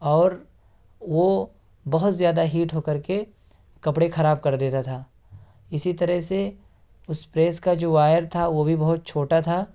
اور وہ بہت زیادہ ہیٹ ہو کر کے کپڑے خراب کر دیتا تھا اسی طرح سے اس پریس کا جو وائر تھا وہ بھی بہت چھوٹا تھا